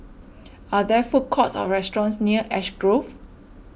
are there food courts or restaurants near Ash Grove